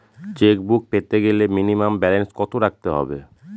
Chequebook পেতে গেলে minimum balance কত রাখতে হবে?